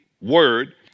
Word